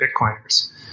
Bitcoiners